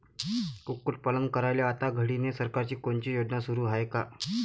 कुक्कुटपालन करायले आता घडीले सरकारची कोनची योजना सुरू हाये का?